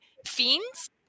fiends